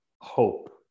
hope